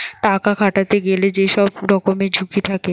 টাকা খাটাতে গেলে যে সব রকমের ঝুঁকি থাকে